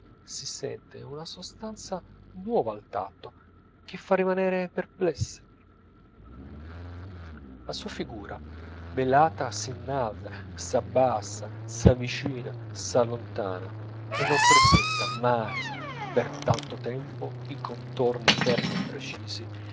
si sente una sostanza nuova al tatto che fa rimanere perplessi la sua figura velata s'innalza s'abbassa s'avvicina s'allontana e non presenta mai per tanto tempo i contorni fermi e precisi